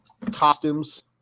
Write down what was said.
Costumes